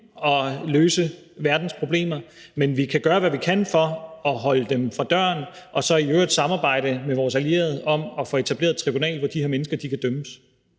at løse verdens problemer, men vi kan gøre, hvad vi kan for at holde dem fra døren og så i øvrigt samarbejde med vores allierede om at få etableret et tribunal, hvor de her mennesker kan dømmes.